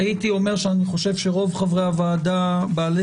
הייתי אומר שאני חושב שרוב חברי הוועדה בעלי